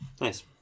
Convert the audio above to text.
Nice